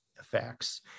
effects